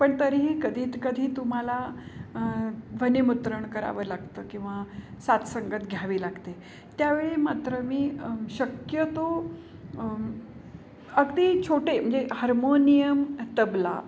पण तरीही कधी कधी तुम्हाला ध्वनिमुद्रण करावं लागतं किंवा साथसंगत घ्यावी लागते त्यावेळी मात्र मी शक्यतो अगदी छोटे म्हणजे हार्मोनियम तबला